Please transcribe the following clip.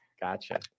Gotcha